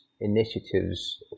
initiatives